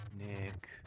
Nick